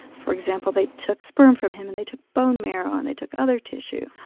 for example, they took sperm from him, and they took bone marrow, and they took other tissue.